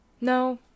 No